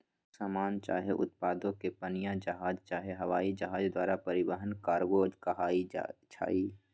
समान चाहे उत्पादों के पनीया जहाज चाहे हवाइ जहाज द्वारा परिवहन कार्गो कहाई छइ